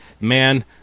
man